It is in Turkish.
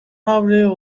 avroya